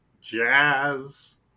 Jazz